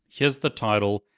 here's the title.